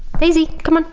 daisy, come ah